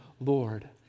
Lord